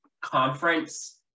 conference